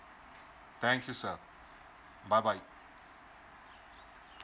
thank you sir bye bye